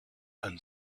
and